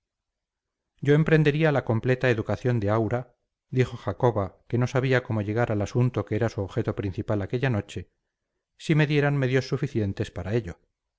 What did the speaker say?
yo emprendería la completa educación de aura dijo jacoba que no sabía cómo llegar al asunto que era su objeto principal aquella noche si me dieran medios suficientes para ello